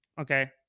Okay